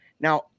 now